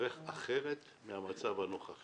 את דעתו על כך ולהיערך אחרת מהמצב הנוכחי.